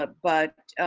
ah but,